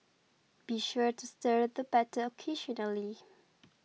be sure to stir the batter occasionally